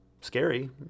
scary